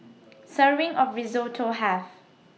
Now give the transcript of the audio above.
Serving of Risotto Have